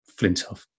flintoff